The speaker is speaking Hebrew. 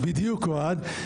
בדיוק אוהד.